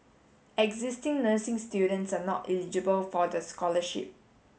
existing nursing students are not eligible for the scholarship